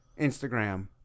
Instagram